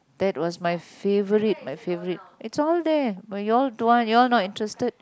that was my favourite my favourite it's all there but you all don't want you all not interested